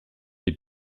les